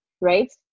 right